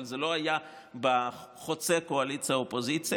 אבל זה לא היה חוצה קואליציה אופוזיציה.